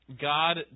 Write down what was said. God